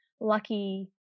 lucky